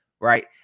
right